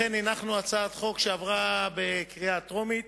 אכן הנחנו הצעת חוק, והיא עברה בקריאה טרומית